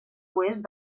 oest